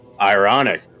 Ironic